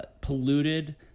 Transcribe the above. polluted